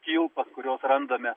kilpas kurios randame